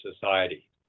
society